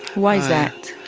why is that?